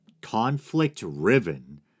Conflict-Riven